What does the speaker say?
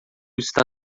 está